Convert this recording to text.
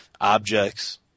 objects